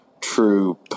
true